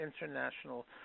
international